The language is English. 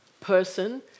person